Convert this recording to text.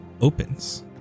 opens